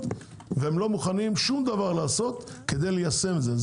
והם לא מוכנים שום דבר לעשות כדי ליישם את זה.